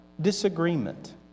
disagreement